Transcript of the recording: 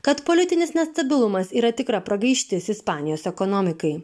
kad politinis nestabilumas yra tikra pragaištis ispanijos ekonomikai